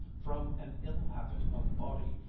from an ill habit of body,